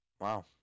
Wow